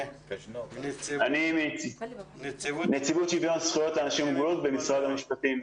אני מנציבות שוויון זכויות לאנשים עם מוגבלות במשרד המשפטים.